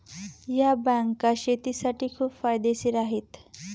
या बँका शेतीसाठी खूप फायदेशीर आहेत